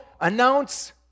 announce